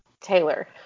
Taylor